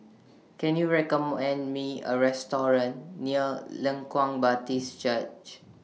Can YOU Me A Restaurant near Leng Kwang Baptist Church